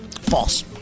False